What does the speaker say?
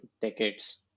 decades